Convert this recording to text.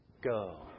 go